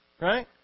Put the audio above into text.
right